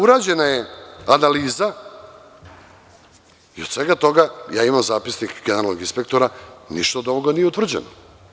Urađena je analiza i od svega toga, ja imam zapisnik generalnog inspektora, ništa od ovoga nije utvrđeno.